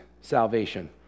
salvation